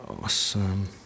Awesome